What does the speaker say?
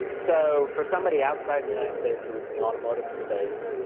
so for somebody outside the united states who was in the automotive space,